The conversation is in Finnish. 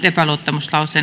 epäluottamuslause